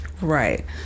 Right